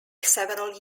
several